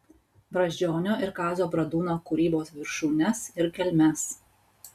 brazdžionio ir kazio bradūno kūrybos viršūnes ir gelmes